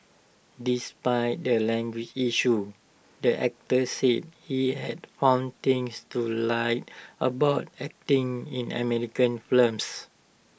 despite the language issue the actor says he had found things to like about acting in American films